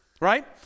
Right